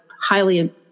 highly